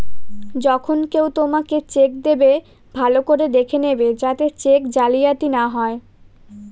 যখন কেউ তোমাকে চেক দেবে, ভালো করে দেখে নেবে যাতে চেক জালিয়াতি না হয়